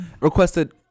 requested